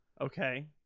Okay